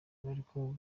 bariko